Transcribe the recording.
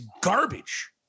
garbage